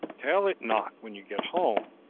tell it not when you get home,